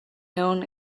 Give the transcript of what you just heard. known